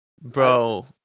Bro